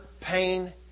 pain